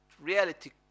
reality